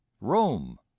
Rome